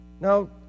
Now